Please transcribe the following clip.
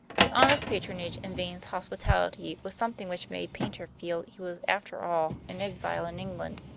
the honest patronage in vane's hospitality was something which made paynter feel he was, after all, an exile in england.